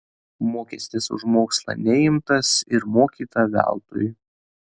mokestis už mokslą neimtas ir mokyta veltui